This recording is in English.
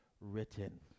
written